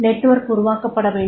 network உருவாக்கப்பட வேண்டும்